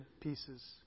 pieces